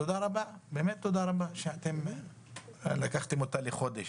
תודה רבה, באמת תודה רבה שאתם לקחתם אותה לחודש.